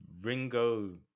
Ringo